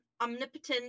omnipotent